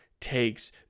takes